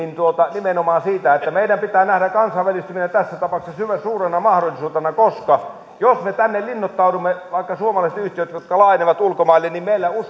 nimenomaan meidän pitää nähdä kansainvälistyminen tässä tapauksessa suurena mahdollisuutena koska jos me tänne linnoittaudumme niin vaikka suomalaiset yhtiöt laajenevat ulkomaille meillä